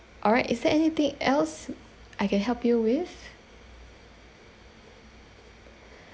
all right is there anything else I can help you with